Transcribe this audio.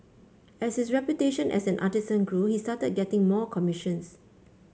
as his reputation as an artisan grew he started getting more commissions